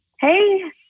Hey